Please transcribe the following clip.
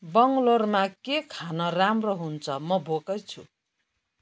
बङ्गलोरमा के खान राम्रो हुन्छ म भोकै छु